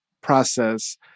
process